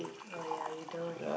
oh ya you don't